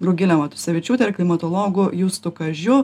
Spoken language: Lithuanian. rugile matusevičiūte ir klimatologu justu kažiu